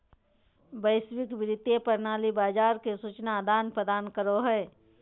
वैश्विक वित्तीय प्रणाली बाजार के सूचना आदान प्रदान करो हय